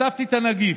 חטפתי את הנגיף,